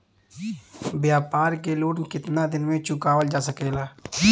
व्यापार के लोन कितना दिन मे चुकावल जा सकेला?